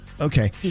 Okay